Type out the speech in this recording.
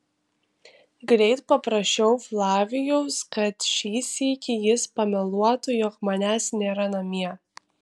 greit paprašiau flavijaus kad šį sykį jis pameluotų jog manęs nėra namie